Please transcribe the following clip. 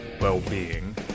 well-being